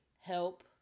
help